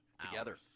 together